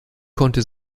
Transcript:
konnte